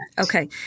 Okay